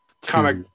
comic